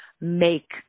make